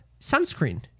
sunscreen